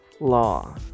law